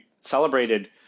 celebrated